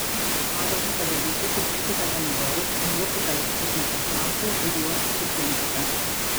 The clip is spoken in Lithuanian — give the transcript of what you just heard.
padažui padaryti sutrinkite pomidorus nulupkite lukštus nuo česnakų ir juos sutrinkite